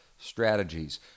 Strategies